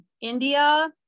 india